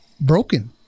broken